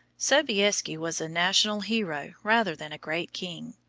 sobieski was a national hero rather than a great king.